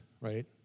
right